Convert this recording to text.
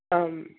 ஆ